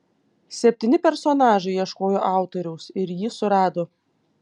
septyni personažai ieškojo autoriaus ir jį surado